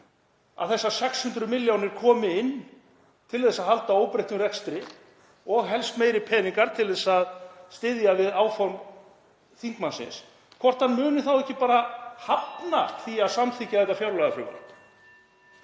að þessar 600 milljónir komi inn til að halda óbreyttum rekstri og helst meiri peningar til þess að styðja við áform þingmannsins, mun hann þá ekki bara hafna því að samþykkja þetta fjárlagafrumvarp?